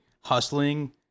hustling